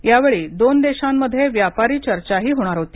यावेळी दोन देशांमध्ये व्यापारी चर्चाही होणार होती